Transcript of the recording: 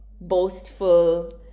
boastful